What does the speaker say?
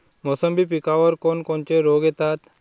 मोसंबी पिकावर कोन कोनचे रोग येतात?